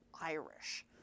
Irish